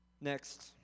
Next